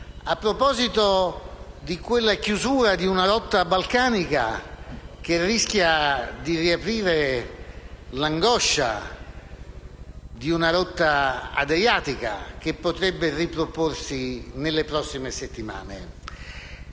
a proposito della chiusura di una rotta balcanica che rischia di riaprire l'angoscia di una rotta adriatica che potrebbe riproporsi nelle prossime settimane.